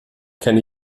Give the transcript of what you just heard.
kenne